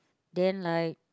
then like